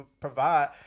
provide